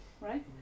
right